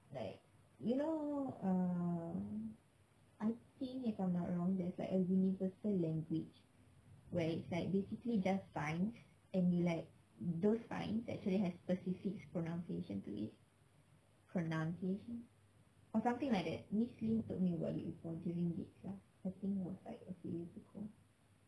like you know ah I think if I'm not wrong there's like a universal language where it's like basically just signs and you like those signs that actually has specific pronunciation to it pronunciation or something like that miss lee told me about it before during lit class I think was like a few years ago